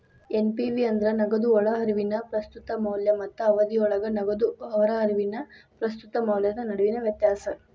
NPV ಅಂದ್ರ ನಗದು ಒಳಹರಿವಿನ ಪ್ರಸ್ತುತ ಮೌಲ್ಯ ಮತ್ತ ಅವಧಿಯೊಳಗ ನಗದು ಹೊರಹರಿವಿನ ಪ್ರಸ್ತುತ ಮೌಲ್ಯದ ನಡುವಿನ ವ್ಯತ್ಯಾಸ